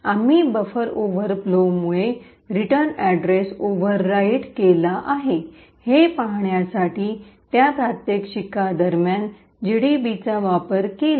आम्ही बफर ओव्हरफ्लोमुळे return address overwrite अधिलिखित overwritten केला आहे हे पाहण्यासाठी त्या प्रात्यक्षिकेदरम्यान जीडीबीचा वापर केला